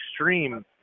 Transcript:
extreme